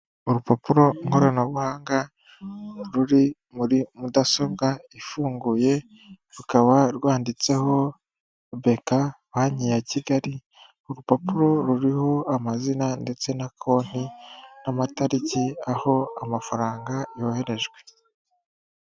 Urupapuro nkoranabuhanga ruri muri mudasobwa ifunguye, rukaba rwanditseho banki ya Kigali urupapuro ruriho amazina ndetse na konti n'amatariki aho amafaranga yoherejwe.